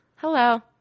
hello